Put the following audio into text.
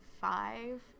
five